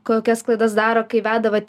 kokias klaidas daro kai veda vat